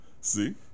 See